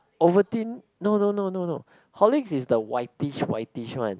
Ovaltine no no no no no Horlicks is the whitish whitish one